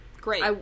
Great